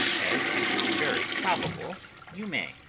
as it is very probable you may.